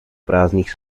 prázdných